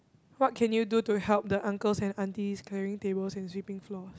what can you do to help the uncles and aunties carrying tables and sweeping floors